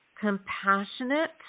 compassionate